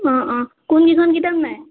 অঁ অঁ কোন কিখন কিতাপ নাই